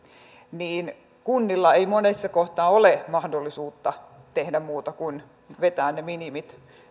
ja kunnilla ei monessa kohtaa ole mahdollisuutta tehdä muuta kuin vetää ne minimit